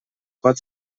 pot